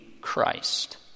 Christ